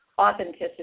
authenticity